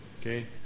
Okay